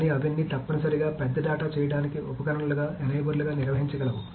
కానీ అవన్నీ తప్పనిసరిగా పెద్ద డేటా చేయడానికి ఉపకరణాలుగా ఎనేబర్లుగా నిర్వహించగలవు